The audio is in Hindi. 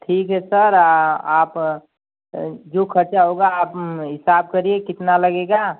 ठीक है सर आप जो ख़र्चा होगा आप हिसाब करिए कितना लगेगा